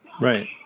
right